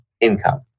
income